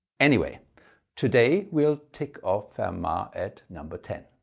anyway today we'll tick off fermat at number ten.